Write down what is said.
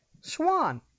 Swan